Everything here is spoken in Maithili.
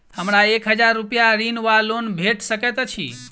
हमरा एक हजार रूपया ऋण वा लोन भेट सकैत अछि?